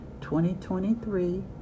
2023